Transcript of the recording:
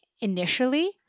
initially